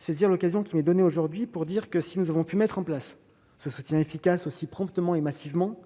saisis l'occasion qui m'est donnée aujourd'hui pour dire que, si nous avons pu mettre en place ce soutien efficace aussi promptement et massivement,